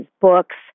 books